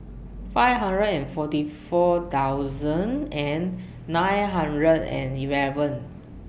five hundred and forty four thousand and nine hundred and eleven